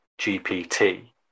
GPT